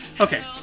okay